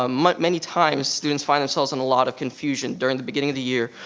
um but many times, students find themselves in a lot of confusion during the beginning of the year,